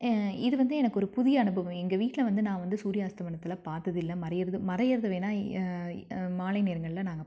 இது வந்து எனக்கு ஒரு புதிய அனுபவம் எங்கள் வீட்டில வந்து நான் வந்து சூரிய அஸ்தமனத்தலாம் பார்த்தது இல்லை மறையிறது மறையிறது வேணுணா மாலை நேரங்கள்ல நாங்கள் பார்ப்போம்